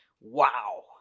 wow